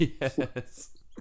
Yes